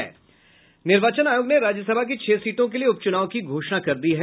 निर्वाचन आयोग ने राज्य सभा की छह सीटों के लिए उप चुनाव की घोषणा कर दी है